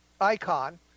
icon